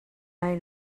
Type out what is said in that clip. lai